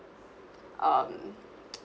um